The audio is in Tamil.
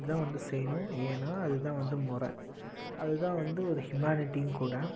அப்படி தான் வந்து செய்யணும் ஏன்னால் அது தான் வந்து மொறை அது தான் வந்து ஒரு ஹ்யூமானிட்டியும் கூட